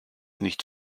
nicht